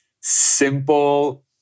simple